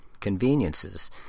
conveniences